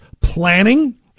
planning